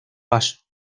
paso